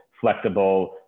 flexible